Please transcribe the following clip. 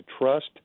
trust